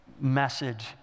message